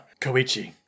Koichi